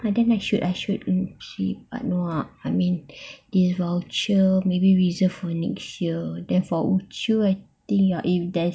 like that I should I should but no ah I mean if voucher maybe reserve for next year then for ucu I think there's